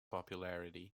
popularity